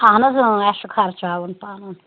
اہن حظ اۭں اَسہِ چھُ خَرچاوُن پَنُن